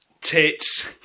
tits